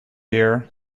dear